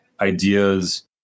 ideas